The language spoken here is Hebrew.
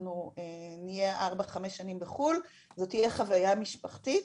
אנחנו נהיה 4-5 שנים בחו"ל וזו תהיה חוויה משפחתית",